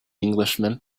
englishman